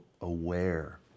aware